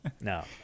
no